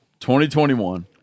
2021